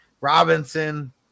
Robinson